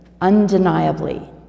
undeniably